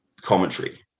commentary